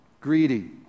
greedy